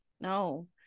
no